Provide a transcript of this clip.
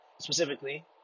specifically